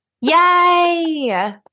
Yay